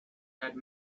had